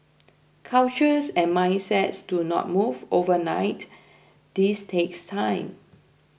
cultures and mindsets do not move overnight this takes time